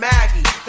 Maggie